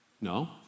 No